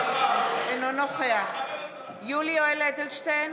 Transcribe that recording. שחאדה, אינו נוכח יולי יואל אדלשטיין,